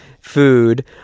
food